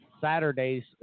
Saturday's